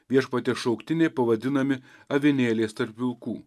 viešpaties šauktiniai pavadinami avinėliais tarp vilkų